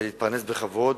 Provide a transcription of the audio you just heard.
ולהתפרנס בכבוד.